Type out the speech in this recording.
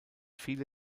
viele